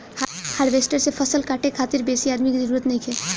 harvester से फसल काटे खातिर बेसी आदमी के जरूरत नइखे